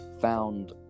found